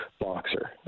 boxer